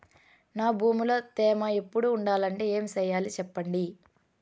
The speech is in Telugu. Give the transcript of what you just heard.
నా భూమిలో తేమ ఎప్పుడు ఉండాలంటే ఏమి సెయ్యాలి చెప్పండి?